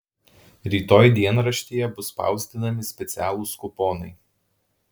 rytoj dienraštyje bus spausdinami specialūs kuponai